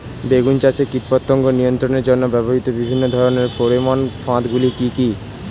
বেগুন চাষে কীটপতঙ্গ নিয়ন্ত্রণের জন্য ব্যবহৃত বিভিন্ন ধরনের ফেরোমান ফাঁদ গুলি কি কি?